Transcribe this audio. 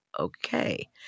okay